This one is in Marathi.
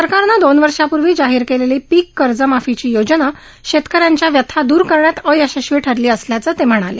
सरकारनं दोन वर्षांपूर्वी जाहीर केलेली पीक कर्ज माफीची योजना शेतकऱ्यांच्या व्यथा दूर करण्यात अयशस्वी ठरली असल्याचं ते म्हणाले